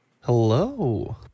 Hello